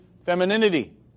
femininity